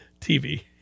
TV